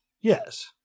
Yes